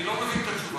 אני לא מבין את התשובה.